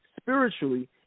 spiritually